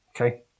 Okay